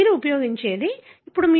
మీరు ఉపయోగించేది ఇదే సరేనా